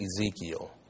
Ezekiel